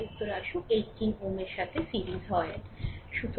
যাই উত্তর আসুক 18 Ω এর সাথে সিরিজ হয়